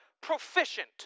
proficient